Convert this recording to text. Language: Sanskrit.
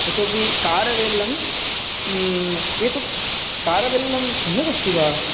इतोऽपि कारवेल्लं एतत् कारवेल्लं सम्यगस्ति वा